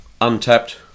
Untapped